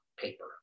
paper